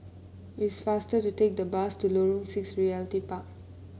it is faster to take the bus to Lorong Six Realty Park